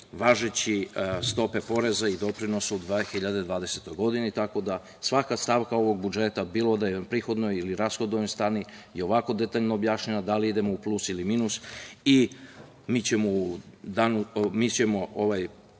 važeće stope poreza i doprinosa u 2020. godini, tako da svaka stavka ovog budžeta, bilo da je u prihodnoj ili rashodnoj strani je ovako detaljno objašnjena, da li idemo u plus ili minus, i mi ćemo ovaj